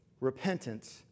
repentance